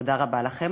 תודה רבה לכם.